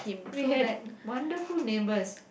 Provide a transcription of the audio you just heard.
we had wonderful neighbors